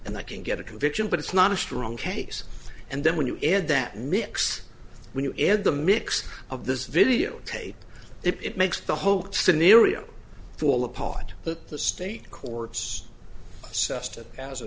i can get a conviction but it's not a strong case and then when you add that mix when you add the mix of this videotape it makes the whole scenario fall apart but the state courts